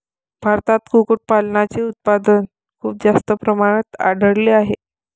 भारतात कुक्कुटपालनाचे उत्पादन खूप जास्त प्रमाणात वाढले आहे